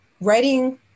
writing